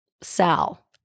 Sal